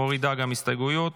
--- מורידה את ההסתייגויות.